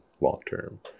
long-term